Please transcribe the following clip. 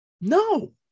No